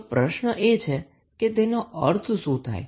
તો પ્રશ્ન એ છે કે તેનો અર્થ શું થાય